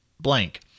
blank